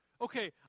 Okay